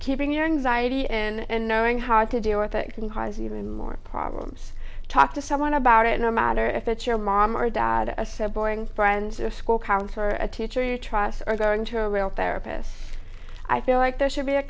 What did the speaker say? keeping your anxiety and knowing how to deal with it can cause even more problems talk to someone about it no matter if it's your mom or dad a sibling friend a school counselor a teacher you trust or going to a real therapist i like there should be a